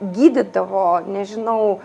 gydydavo nežinau